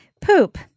poop